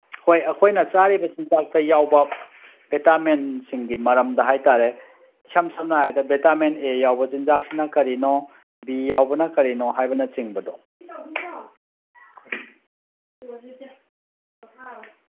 ꯍꯣꯏ ꯑꯩꯈꯣꯏꯅ ꯆꯥꯔꯤꯕ ꯆꯤꯟꯖꯥꯛꯇ ꯌꯥꯎꯕ ꯚꯤꯇꯥꯃꯤꯟꯁꯤꯡꯒꯤ ꯃꯔꯝꯗ ꯍꯥꯏ ꯇꯥꯔꯦ ꯏꯁꯝ ꯁꯝꯅ ꯍꯥꯏꯔꯕꯗ ꯚꯤꯇꯥꯃꯤꯟ ꯑꯦ ꯌꯥꯎꯕ ꯆꯤꯟꯖꯥꯛꯁꯤꯅ ꯀꯔꯤꯅꯣ ꯕꯤ ꯌꯥꯎꯕꯅ ꯀꯔꯤꯅꯣ ꯍꯥꯏꯕꯅꯆꯤꯡꯕꯗꯣ